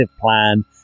plan